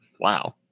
wow